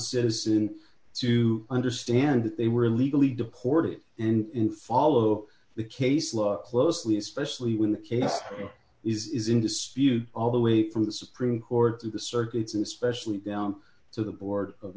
citizen to understand that they were illegally deported and follow the case law closely especially when the case is in dispute all the way from the supreme court to the circuits and especially down to the board of